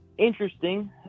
Interesting